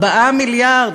4 מיליארד,